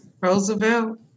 Roosevelt